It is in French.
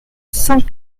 cent